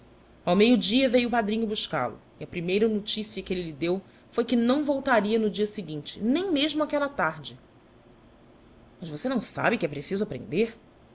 zedby google que elle lhe deu foi que não voltaria no dia seguinte nem mesmo aquella tarde maa você não sabe que é preciso aprender